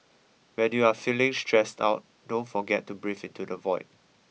when you are feeling stressed out don't forget to breathe into the void